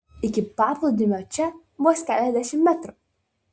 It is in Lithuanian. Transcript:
iki paplūdimio čia vos keliasdešimt metrų